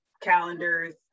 calendars